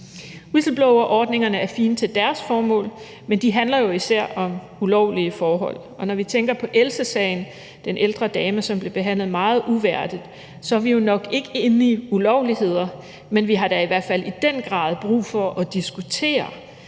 Whistleblowerordningerne er fine til deres formål, men de handler jo især om ulovlige forhold. Og når vi tænker på sagen om Else – den ældre dame, som blev behandlet meget uværdigt – er vi jo nok ikke inde i ulovligheder, men vi har da i hvert fald i den grad brug for at diskutere,